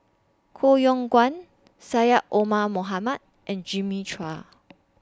Koh Yong Guan Syed Omar Mohamed and Jimmy Chua